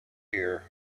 here